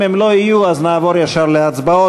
אם הם לא יהיו אז נעבור ישר להצבעות.